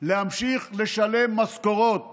להמשיך לשלם משכורות